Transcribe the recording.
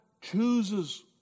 chooses